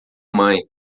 mãe